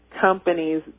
companies